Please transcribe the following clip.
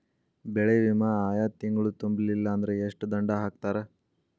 ಬೆಳೆ ವಿಮಾ ಆಯಾ ತಿಂಗ್ಳು ತುಂಬಲಿಲ್ಲಾಂದ್ರ ಎಷ್ಟ ದಂಡಾ ಹಾಕ್ತಾರ?